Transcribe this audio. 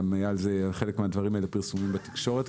גם היו על חלק מהדברים האלה פרסומים בתקשורת,